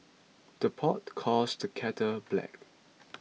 the pot calls the kettle black